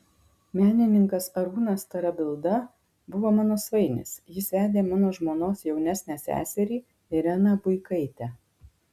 menininkas arūnas tarabilda buvo mano svainis jis vedė mano žmonos jaunesnę seserį ireną buikaitę